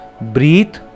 breathe